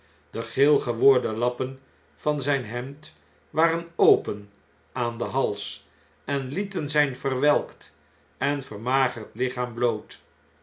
de geel geworden lappen van zjjn hemd waren open aan den hals en lieten zun verwelkt en vermagerd lichaam bloot